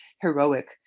heroic